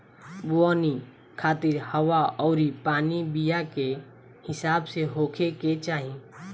बोवनी खातिर हवा अउरी पानी बीया के हिसाब से होखे के चाही